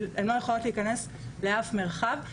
הן לא יכולות להיכנס לאף מרחב.